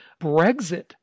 Brexit